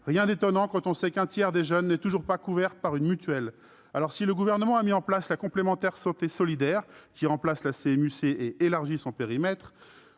Rien d'étonnant, quand on sait qu'un tiers des jeunes ne sont toujours pas couverts par une mutuelle. Si le Gouvernement a mis en place la complémentaire santé solidaire, qui remplace la CMU-C et élargit son périmètre,